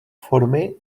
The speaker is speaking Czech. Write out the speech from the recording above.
formy